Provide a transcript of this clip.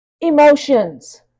emotions